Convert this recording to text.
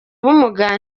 ubumuga